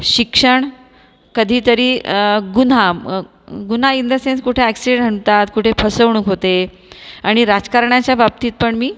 शिक्षण कधीतरी गुन्हा गुन्हा इन द सेन्स कुठे अॅक्सीडन्ट होतात कुठे फसवणूक होते आणि राजकारणाच्या बाबतीत पण मी